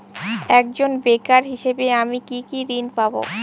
একজন বেকার হিসেবে আমি কি কি ঋণ পাব?